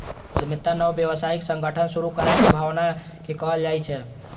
उद्यमिता नव व्यावसायिक संगठन शुरू करै के भावना कें कहल जाइ छै